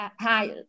high